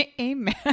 Amen